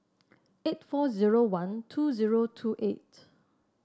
eight four zero one two zero two eight